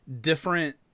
different